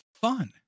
fun